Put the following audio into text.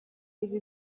ibi